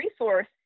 resource